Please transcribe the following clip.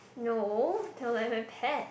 no they weren't like my pet